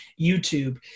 YouTube